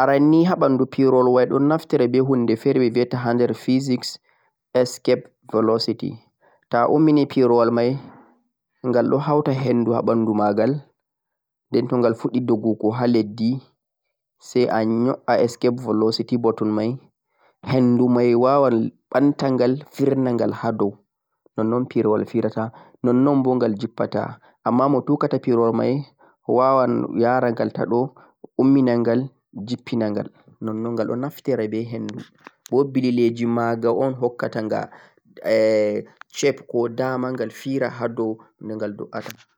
aran nei haa banduu fiirolwa dhum don naftire be hunde fere be betaa hander physics escape velocity toh a ummini firawol mei ghal do hefta haa banduu ma ghal den tamghal fuddi dogguu gho haa lesdi sai ayoe'yaa velocity buttom mei henduu mei waawan bantanghan firnanghan haa doo non-non firowal fiinata non-non moo finata amma mo finata firwal mei o'waawan yaaraga toh do o'ummi nam ghal jippinam ghal non-non naftira be henduu wobbili lejimagha o'n hokkotam gha cheque ko daamangal firei haa doo namgham dok'ataa